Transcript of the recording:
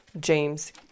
James